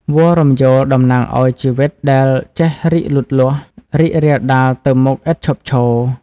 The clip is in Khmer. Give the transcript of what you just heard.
វល្លិ៍រំយោលតំណាងឱ្យជីវិតដែលចេះរីកលូតលាស់ រីករាលដាលទៅមុខឥតឈប់ឈរ។